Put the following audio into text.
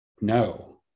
no